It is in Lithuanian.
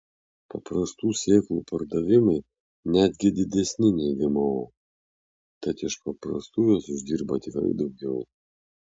paprastų sėklų pardavimai netgi didesni nei gmo tad iš paprastų jos uždirba tikrai daugiau